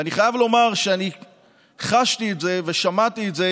ואני חייב לומר שאני חשתי את זה ושמעתי את זה